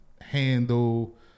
handle